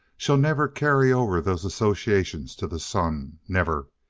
shall never carry over those associations to the son. never!